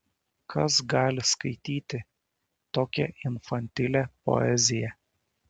kas gali skaityti tokią infantilią poeziją